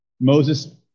Moses